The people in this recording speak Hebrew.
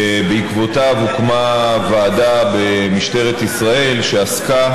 שבעקבותיו הוקמה ועדה במשטרת ישראל שעסקה